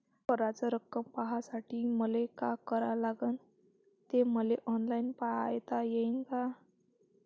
कराच रक्कम पाहासाठी मले का करावं लागन, ते मले ऑनलाईन पायता येईन का?